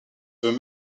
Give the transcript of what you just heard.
veut